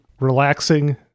relaxing